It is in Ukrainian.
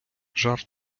жарт